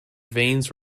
veins